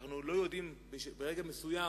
שאנחנו לא יודעים ברגע מסוים